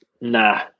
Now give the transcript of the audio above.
Nah